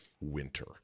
winter